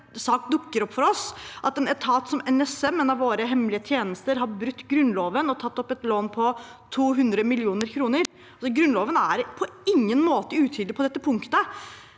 en etat som NSM, en av våre hemmelige tjenester, har brutt Grunnloven og tatt opp et lån på 200 mill. kr. Grunnloven er på ingen måte utydelig på dette punktet.